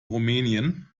rumänien